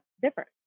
different